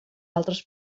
altres